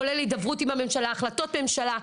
כולל הידברות עם הממשלה, החלטות הממשלה.